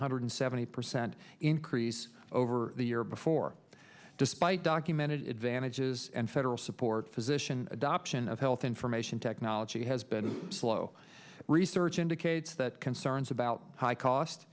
hundred seventy percent increase over the year before despite documented advantages and federal support physician adoption of health information technology has been slow research indicates that concerns about high cost